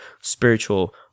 spiritual